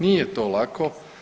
Nije to lako.